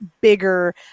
bigger